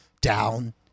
down